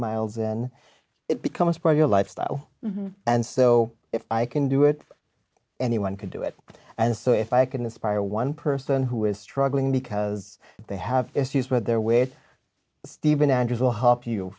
miles then it becomes for your lifestyle and so if i can do it anyone can do it and so if i can inspire one person who is struggling because they have issues with their weight stephen andrews will help you